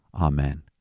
amen